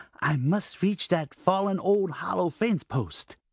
i must reach that fallen old hollow fence-post.